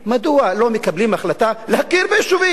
מדוע לא מקבלים החלטה להכיר ביישובים?